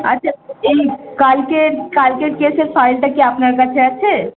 আচ্ছা এই কালকের কালকের কেসের ফাইলটা কি আপনার কাছে আছে